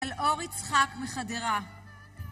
טלאור יצחק מחדרה